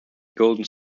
golden